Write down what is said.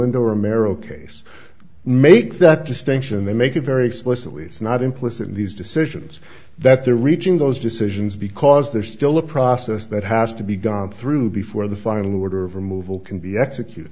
indoor american base make that distinction they make a very explicitly it's not implicit in these decisions that they're reaching those decisions because there's still a process that has to be gone through before the final order of removal can be executed